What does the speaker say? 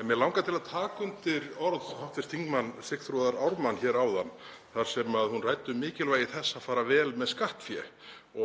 En mig langar til að taka undir orð hv. þm. Sigþrúðar Ármann hér áðan þar sem hún ræddi um mikilvægi þess að fara vel með skattfé